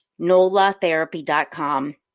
nolatherapy.com